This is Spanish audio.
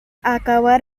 acabar